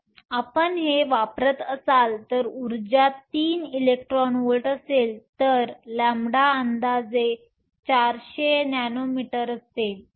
जर आपण हे वापरत असाल जर ऊर्जा 3 इलेक्ट्रॉन व्होल्ट असेल तर λ अंदाजे 400 नॅनोमीटर असते